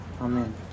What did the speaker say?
Amen